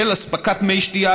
של אספקת מי שתייה,